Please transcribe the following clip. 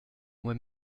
moi